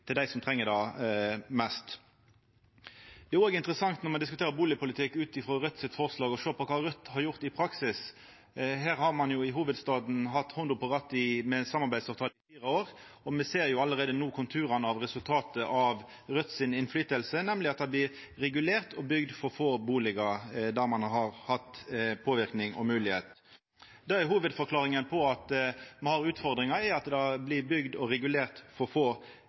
diskuterer bustadpolitikk ut frå Raudt sitt forslag, å sjå kva Raudt har gjort i praksis. Her i hovudstaden har ein hatt handa på rattet med samarbeidsavtale i fire år, og me ser allereie no konturane og resultatet av Raudt sin innverknad, nemleg at det blir regulert og bygt for få bustader der dei har hatt moglegheit til å påverka. Hovudforklaringa på at me har utfordringar, er at det blir regulert og bygt for få